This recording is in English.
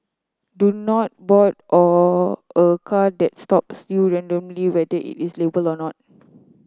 do not board or a car that's stop still randomly whether it is labelled or not